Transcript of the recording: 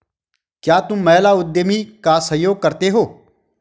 क्या तुम महिला उद्यमी का सहयोग करते हो?